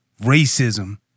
racism